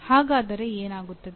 ಹಾಗಾದರೆ ಏನಾಗುತ್ತದೆ